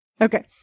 Okay